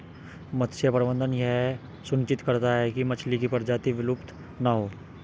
मत्स्य प्रबंधन यह सुनिश्चित करता है की मछली की प्रजाति विलुप्त ना हो